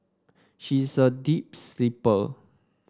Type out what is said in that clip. she is a deep sleeper